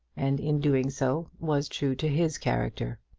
and in doing so was true to his character.